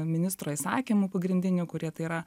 ministro įsakymų pagrindinių kurie tai yra